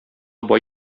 бай